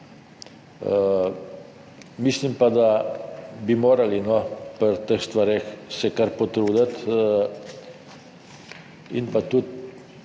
mislim pa, da bi se morali pri teh stvareh kar potruditi in se tudi